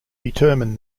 determine